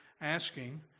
asking